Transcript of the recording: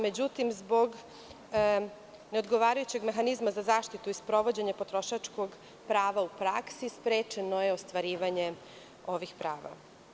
Međutim, zbog neodgovarajućeg mehanizma za zaštitu i sprovođenja potrošačkog prava u praksi, sprečeno je ostvarivanje ovih prava.